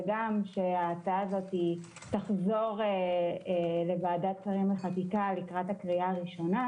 וגם שההצעה הזאת תחזור לוועדת השרים לענייני חקיקה לקראת הקריאה הראשונה